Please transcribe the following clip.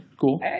Cool